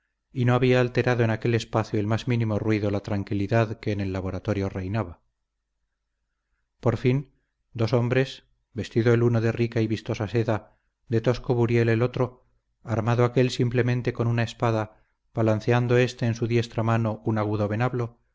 y no había alterado en aquel espacio el más mínimo ruido la tranquilidad que en el laboratorio reinaba por fin dos hombres vestido el uno de rica y vistosa seda de tosco buriel el otro armado aquél simplemente con una espada balanceando éste en su diestra mano un agudo venablo